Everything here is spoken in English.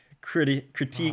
critique